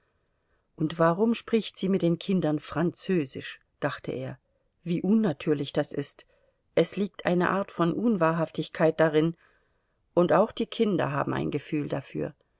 und warum spricht sie mit den kindern französisch dachte er wie unnatürlich das ist es liegt eine art von unwahrhaftigkeit darin und auch die kinder haben ein gefühl dafür